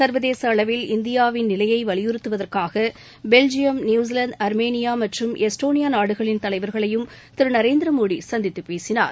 சா்வதேச அளவில் இந்தியாவின் நிலையை வலியுறுத்துவதற்காக பெல்ஜியம் நியுசிலாந்து அா்மீனியா மற்றும் எஸ்ட்டோனியா நாடுகளின் தலைவர்களையும் திரு நரேந்திரமோடி சந்தித்து பேசினார்